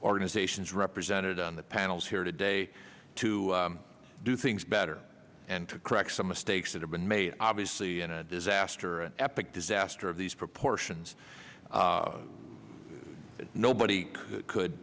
organizations represented on the panels here today to do things better and to correct some mistakes that have been made obviously in a disaster an epic disaster of these proportions that nobody could